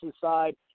side